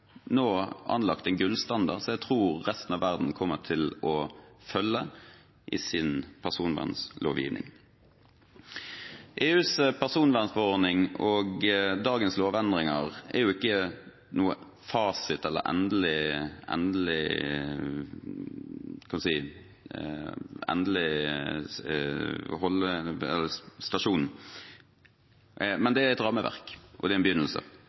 nå anlagt en gullstandard som jeg tror resten av verden kommer til å følge i sin personvernlovgivning. EUs personvernforordning og dagens lovendringer er ikke noen fasit eller en – skal vi si – endestasjon. Men det er et rammeverk, og det er en begynnelse.